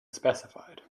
specified